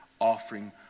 offering